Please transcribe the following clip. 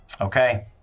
Okay